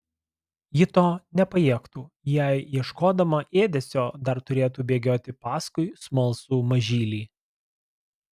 ji to nepajėgtų jei ieškodama ėdesio dar turėtų bėgioti paskui smalsų mažylį